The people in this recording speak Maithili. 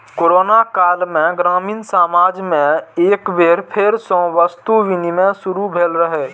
कोरोना काल मे ग्रामीण समाज मे एक बेर फेर सं वस्तु विनिमय शुरू भेल रहै